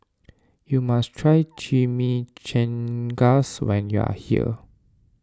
you must try Chimichangas when you are here